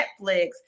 Netflix